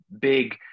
big